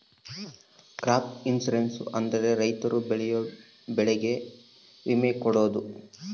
crop insurance ಅಂದ್ರೆ ರೈತರು ಬೆಳೆಯೋ ಬೆಳೆಗೆ ವಿಮೆ ಕೊಡೋದು